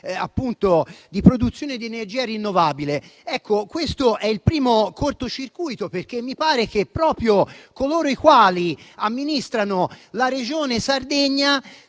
impianti di produzione di energia rinnovabile. Questo è il primo cortocircuito, perché mi sembra che proprio coloro i quali amministrano la Regione Sardegna